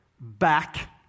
back